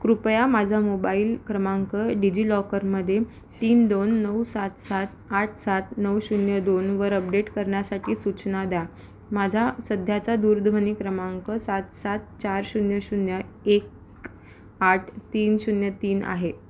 कृपया माझा मोबाईल क्रमांक डिजि लॉकरमध्ये तीन दोन नऊ सात सात आठ सात नऊ शून्य दोनवर अपडेट करण्यासाठी सूचना द्या माझा सध्याचा दूरध्वनी क्रमांक सात सात चार शून्य शून्य एक आठ तीन शून्य तीन आहे